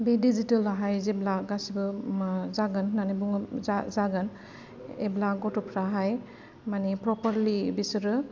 बे डिजिटेल आ जेब्ला गासिबो जागोन अब्ला गथ'फोरा माने प्रपारलि बिसोरो